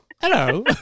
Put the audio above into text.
Hello